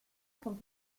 con